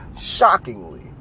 shockingly